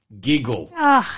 giggle